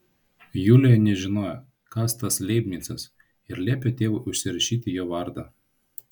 julija nežinojo kas tas leibnicas ir liepė tėvui užsirašyti jo vardą